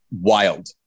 wild